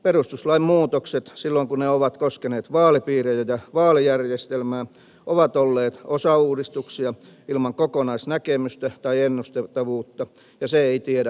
perustuslain muutokset silloin kun ne ovat koskeneet vaalipiirejä ja vaalijärjestelmää ovat olleet osauudistuksia ilman kokonaisnäkemystä tai ennustettavuutta ja se ei tiedä jatkossakaan hyvää